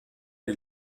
est